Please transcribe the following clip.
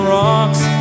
rocks